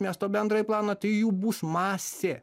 miesto bendrąjį planą tai jų bus masė